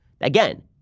Again